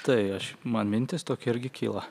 tai aš man mintis tokia irgi kyla